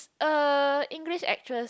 uh English actress